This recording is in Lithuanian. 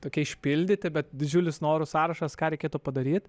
tokie išpildyti bet didžiulis norų sąrašas ką reikėtų padaryt